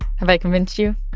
have i convinced you?